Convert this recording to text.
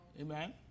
Amen